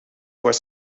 were